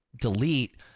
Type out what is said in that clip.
delete